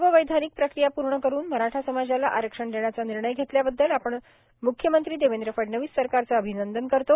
सर्व वैधानिक प्रक्रिया पूर्ण करून मराठा समाजाला आरक्षण देण्याचा निर्णय घेतल्याबद्दल आपण मुख्यमंत्री देवेंद्र फडणवीस सरकारचे अभिनंदन करतो